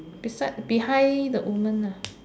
beside behind the woman ah